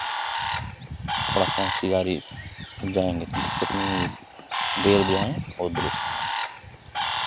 थोड़ा सा होशियारी से जाएंगे तो दिक्कत नहीं होगी देर जाएं और दुरुस्त जाएं